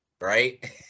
Right